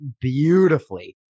beautifully